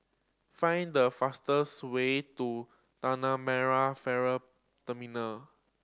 find the fastest way to Tanah Merah Ferry Terminal